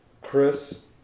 Chris